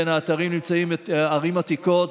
באתרים נמצאות ערים עתיקות,